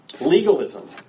Legalism